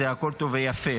זה הכול טוב ויפה.